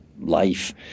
life